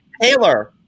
Taylor